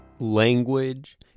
Language